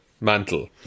mantle